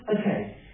okay